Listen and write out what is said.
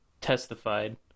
testified